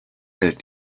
hält